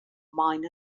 mine